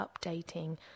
updating